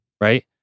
right